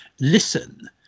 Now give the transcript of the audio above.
listen